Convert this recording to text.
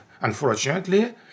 unfortunately